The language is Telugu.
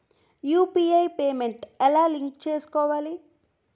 యు.పి.ఐ పేమెంట్ ఎలా లింక్ చేసుకోవాలి?